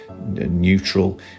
neutral